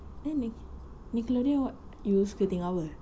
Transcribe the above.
then nic~ nickelodeon what you suka tengok apa